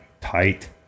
tight